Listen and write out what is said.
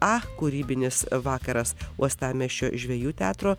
a kūrybinis vakaras uostamiesčio žvejų teatro